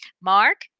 Mark